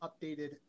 updated